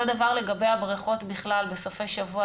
אותו דבר לגבי הבריכות בכלל בסופי שבוע,